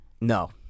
No